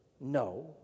No